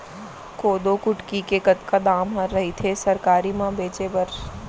कोदो कुटकी के कतका दाम ह रइथे सरकारी म बेचे बर?